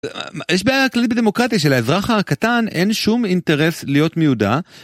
יש בעיה כללית ודמוקרטית שלאזרח הקטן אין שום אינטרס להיות מיודע